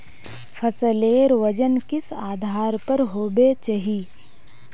फसलेर वजन किस आधार पर होबे चही?